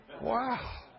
Wow